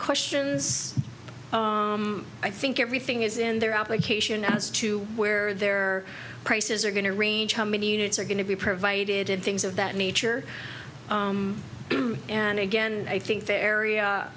questions i think everything is in their application as to where their prices are going to range how many units are going to be provided and things of that nature and again i think the area